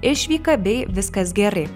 išvyka bei viskas gerai